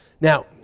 Now